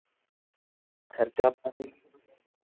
खर्चा पानी